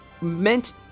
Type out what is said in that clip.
meant